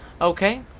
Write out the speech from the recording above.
Okay